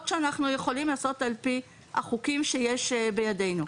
שאנחנו יכולים לעשות על פי החוקים שיש בידנו.